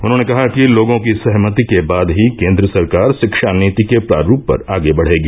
उन्होंने कहा कि लोगों की सहमति के बाद ही केन्द्र सरकार शिक्षा नीति के प्रारूप पर आगे बढ़ेगी